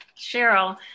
Cheryl